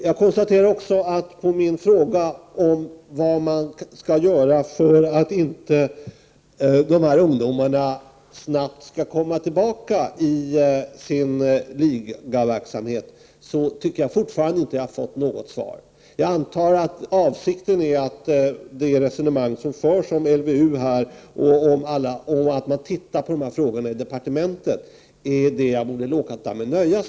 Jag tycker fortfarande att jag inte har fått något svar på min fråga om vad man skall göra för att de här ungdomarna inte snabbt skall komma tillbaka i sin ligaverksamhet. Jag antar att avsikten är att jag skall låta mig nöja med det resonemang som förs om LVU och att man ser på de här frågorna på departementet.